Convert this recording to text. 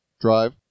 Drive